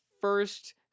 first